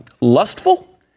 lustful